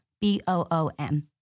B-O-O-M